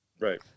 Right